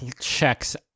checks